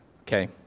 Okay